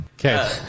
Okay